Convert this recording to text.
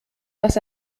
was